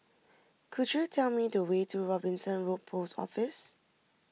could you tell me the way to Robinson Road Post Office